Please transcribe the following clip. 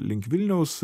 link vilniaus